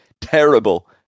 terrible